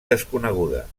desconeguda